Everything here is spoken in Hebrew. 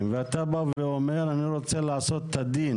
הכבושים ואתה בא ואומר שאתה רוצה לעשות את הדין